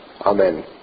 Amen